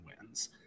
wins